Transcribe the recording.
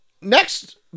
Next